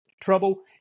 trouble